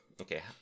Okay